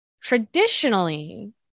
traditionally